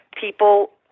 people –